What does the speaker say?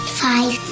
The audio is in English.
five